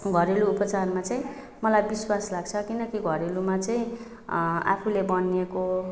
घरेलु उपचारमा चाहिँ मलाई विश्वास लाग्छ किनकि घरेलुमा चाहिँ आफूले बनाइएको